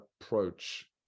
approach